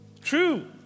true